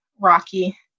rocky